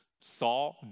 saw